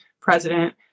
president